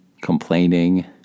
complaining